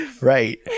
right